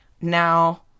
Now